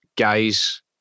guys